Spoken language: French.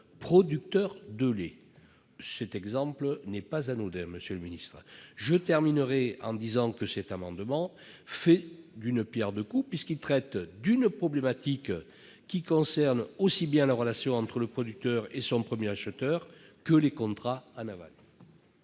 producteurs de lait. Cet exemple n'est pas anodin, monsieur le ministre. Cet amendement fait d'une pierre deux coups, puisqu'il traite d'une problématique qui concerne aussi bien les relations entre le producteur et son premier acheteur que les contrats en aval.